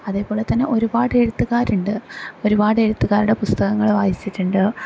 അതേപോലെ തന്നെ ഒരുപാട് എഴുത്തുകാരുണ്ട് ഒരുപാട് എഴുത്തുകാരുടെ പുസ്തകങ്ങൾ വായിച്ചിട്ടുണ്ട്